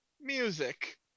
music